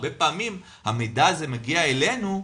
הרבה פעמים המידע הזה מגיע אלינו,